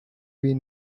been